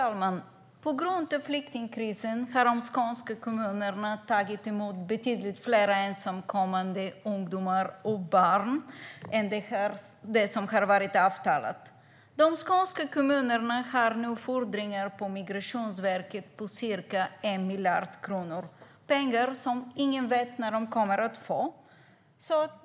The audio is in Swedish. Fru talman! På grund av flyktingkrisen har de skånska kommunerna tagit emot betydligt fler ensamkommande ungdomar och barn än det som har varit avtalat. De skånska kommunerna har nu fordringar på Migrationsverket på ca 1 miljard kronor. Det är pengar som ingen vet när de kommer att få.